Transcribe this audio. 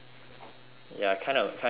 ya kind of kind of miss sherlock